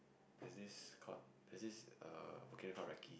there's this called there's this err okay not Recky